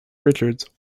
richards